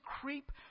creep